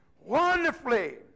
wonderfully